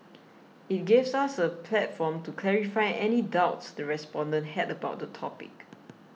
it gives us a platform to clarify any doubts the respondents had about the topic